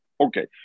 Okay